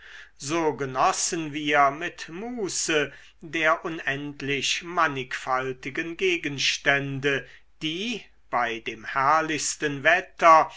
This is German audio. so genossen wir mit muße der unendlich mannigfaltigen gegenstände die bei dem herrlichsten wetter